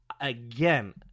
Again